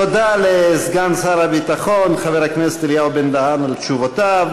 תודה לסגן שר הביטחון חבר הכנסת אליהו בן-דהן על תשובותיו.